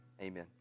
amen